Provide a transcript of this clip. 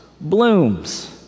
blooms